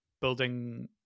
building